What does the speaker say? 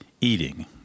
Eating